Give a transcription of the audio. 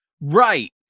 right